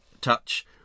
touch